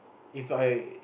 If I